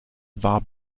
war